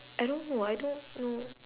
I don't know I don't know